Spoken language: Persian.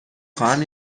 خواهم